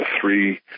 three